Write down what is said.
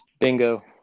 Bingo